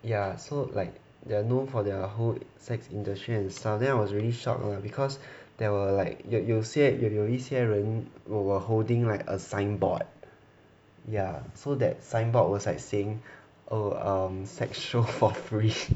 ya so like they are known for their whole sex industry and stuff then I was really shocked lah because there were like 有有些有有一些人 were holding like a signboard ya so that signboard was like saying oh um sex show for free